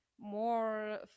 more